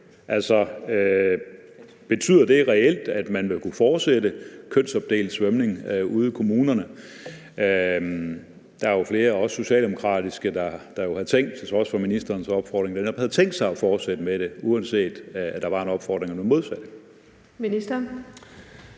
Altså, betyder det reelt, at man vil kunne fortsætte kønsopdelt svømning ude i kommunerne? Der er jo flere, også socialdemokrater, der til trods for ministerens opfordring havde tænkt sig at fortsætte med det, uanset at der var en opfordring om det modsatte. Kl.